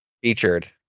featured